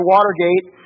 Watergate